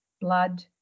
blood